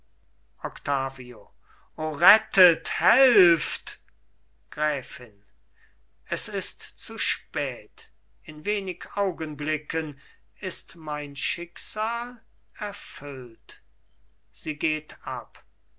rettet helft gräfin es ist zu spät in wenig augenblicken ist mein schicksal erfüllt sie geht ab